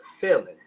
feeling